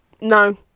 No